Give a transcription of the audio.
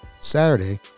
Saturday